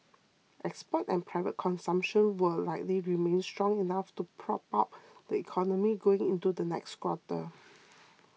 exports and private consumption will likely remain strong enough to prop up the economy going into the next quarter